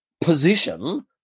position